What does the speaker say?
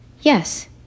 Yes